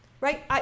Right